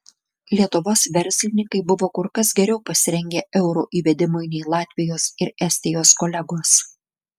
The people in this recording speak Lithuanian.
lietuvos verslininkai buvo kur kas geriau pasirengę euro įvedimui nei latvijos ir estijos kolegos